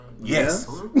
Yes